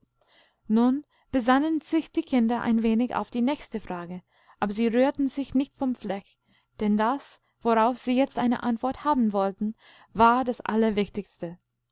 nun besannen sich die kinder ein wenig auf die nächste frage aber sie rührten sich nicht vom fleck denn das worauf sie jetzt eine antwort haben wollten war das